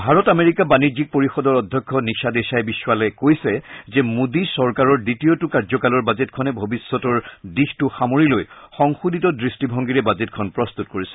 Bharat America বাণিজ্যিক পৰিষদৰ অধ্যক্ষ নিশা দেশাই বিশ্বালে কৈছে যে মোদী চৰকাৰৰ দ্বিতীয়টো কাৰ্যকালৰ বাজেটখনে ভৱিষ্যতৰ দিশটো সামৰি লৈ সংশোধিত দৃষ্টিভংগীৰে বাজেটখন প্ৰস্তুত কৰিছে